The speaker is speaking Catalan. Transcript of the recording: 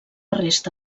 resta